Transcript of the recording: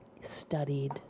studied